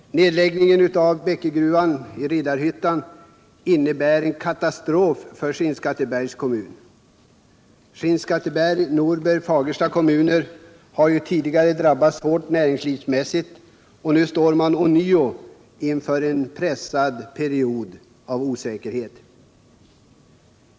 Nedläggningen av Bäckegruvan i Riddarhyttan innebär en katastrof för Skinnskattebergs kommun. Skinnskatteberg, Norberg och Fagersta kommuner har ju tidigare drabbats hårt näringslivsmässigt och nu står man ånyo inför en pressad period av osäkerhet.